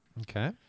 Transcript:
Okay